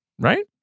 Right